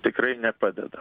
tikrai nepadeda